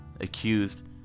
accused